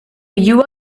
you